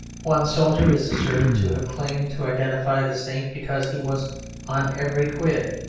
one soldier is asserted to have claimed to identify the saint because he was on every quid.